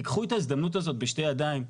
קחו את ההזדמנות הזו בשתי ידיים,